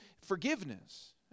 forgiveness